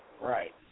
Right